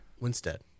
Winstead